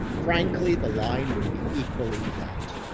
frankly, the line would be equally flat.